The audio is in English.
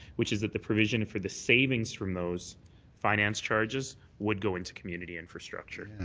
which is that the provision for the savings from those finance charges would go into community infrastructure.